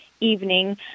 evening